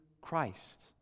Christ